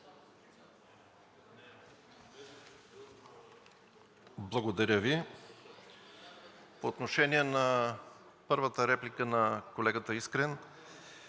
Благодаря Ви. По отношение на първата реплика на колегата Искрен.